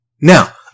Now